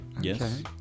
Yes